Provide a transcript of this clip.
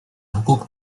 hukuk